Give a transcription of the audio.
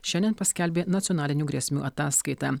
šiandien paskelbė nacionalinių grėsmių ataskaitą